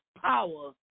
power